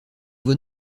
vos